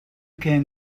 can